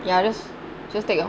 ya just just take orh